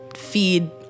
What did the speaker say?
feed